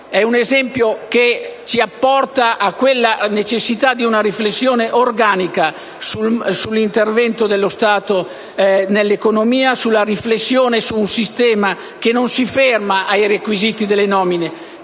bancarie che ci conduce alla necessità di una riflessione organica sull'intervento dello Stato nell'economia, a una riflessione su un sistema che non si ferma ai requisiti delle nomine,